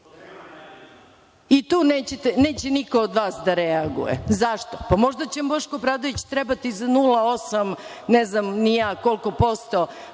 Tu neće niko od vas da reaguje. Zašto? Možda će vam Boško Obradović trebati za 0,8%, ne znam ni ja, koliko posto